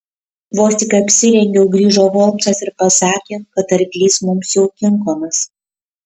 vos tik apsirengiau grįžo holmsas ir pasakė kad arklys mums jau kinkomas